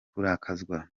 kurakazwa